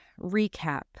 recap